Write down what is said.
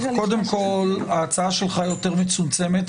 קודם כל ההצעה שלך יותר מצומצמת,